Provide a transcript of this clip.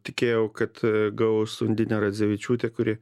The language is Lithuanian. tikėjau kad gaus undinė radzevičiūtė kuri